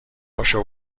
پاشو